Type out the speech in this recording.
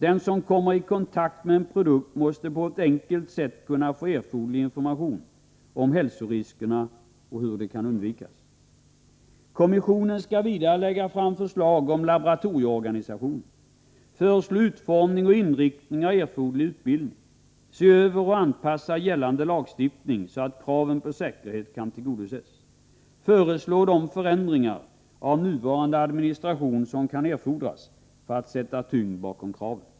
Den som kommer i kontakt med en produkt måste på ett enkelt sätt kunna få erforderlig information om hälsoriskerna och hur de kan undvikas. Kommissionen skall vidare lägga fram förslag om laboratorieorganisationen, föreslå utformning och inriktning av erforderlig utbildning, se över och anpassa gällande lagstiftning så att kraven på säkerhet kan tillgodoses samt föreslå de förändringar av nuvarande administration som kan erfordras för att sätta tyngd bakom kraven.